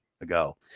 ago